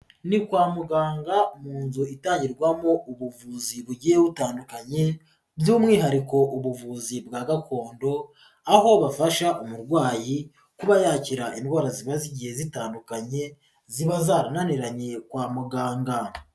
Ni kwa muganga mu nzu itangirwamo ubuvuzi bugiye butandukanye by'umwihariko ubuvuzi bwa gakondo aho bafasha umurwayi kuba yakira indwara zimaze igihe zitandukanye ziba zarananiranye kwa muganga.